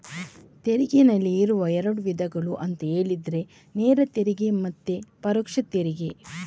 ತೆರಿಗೆನಲ್ಲಿ ಇರುವ ಎರಡು ವಿಧಗಳು ಅಂತ ಹೇಳಿದ್ರೆ ನೇರ ತೆರಿಗೆ ಮತ್ತೆ ಪರೋಕ್ಷ ತೆರಿಗೆ